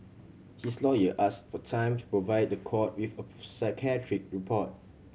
his lawyer asked for time to provide the court with a psychiatric report